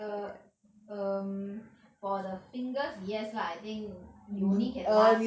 err um for the fingers yes lah you only can last